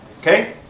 Okay